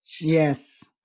Yes